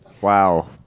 Wow